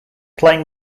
playing